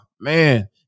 man